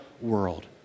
world